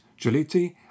Giolitti